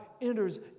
enters